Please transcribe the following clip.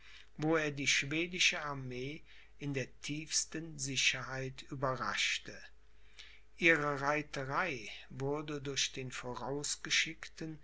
wo er die schwedische armee in der tiefsten sicherheit überraschte ihre reiterei wurde durch den